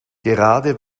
gerade